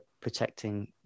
protecting